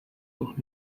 doch